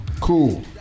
Cool